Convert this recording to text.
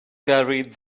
carried